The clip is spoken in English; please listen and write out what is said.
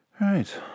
Right